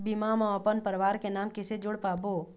बीमा म अपन परवार के नाम किसे जोड़ पाबो?